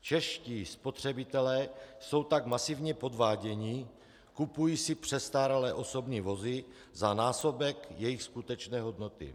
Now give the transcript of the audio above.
Čeští spotřebitelé jsou tak masivně podváděni, kupují si přestárlé osobní vozy za násobek jejich skutečné hodnoty.